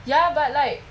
ya but like